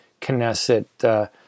Knesset